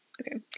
okay